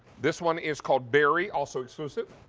this one is called berry, also exclusive.